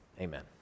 Amen